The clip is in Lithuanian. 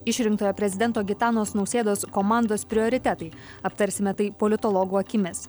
išrinktojo prezidento gitanos nausėdos komandos prioritetai aptarsime tai politologų akimis